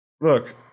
look